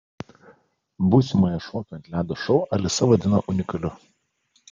būsimąją šokių ant ledo šou alisa vadina unikaliu